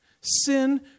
Sin